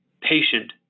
patient